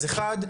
אז אחד,